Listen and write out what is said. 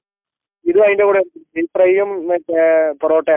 ഇതും അതിൻ്റെകൂടെ ബീഫ് ഫ്രൈയും മറ്റേ പൊറോട്ട അങ്ങനെ എന്തേലും വേണൊ